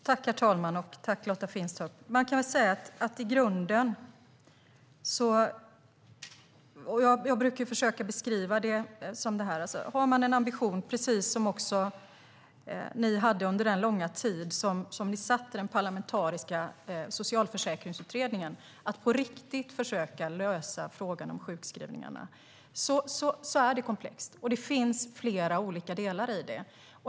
Herr talman! Tack, Lotta Finstorp! Jag brukar försöka beskriva det så här: Om man i grunden har den ambition som också ni hade under den långa tid som ni satt i den parlamentariska socialförsäkringsutredningen att på riktigt försöka lösa frågan om sjukskrivningarna är det komplext. Det finns flera olika delar i detta.